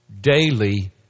daily